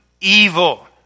evil